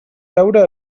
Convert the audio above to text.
beure